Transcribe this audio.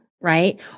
right